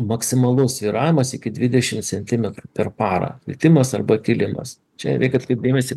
maksimalus svyravimas iki dvidešimt centimetrų per parą plitimas arba kilimas čia reikia atkreipt dėmėsi